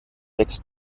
wächst